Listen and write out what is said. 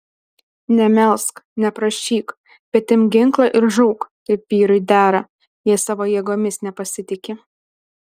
nemelsk neprašyk bet imk ginklą ir žūk kaip vyrui dera jei savo jėgomis nepasitiki